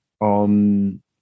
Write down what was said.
on